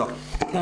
כן.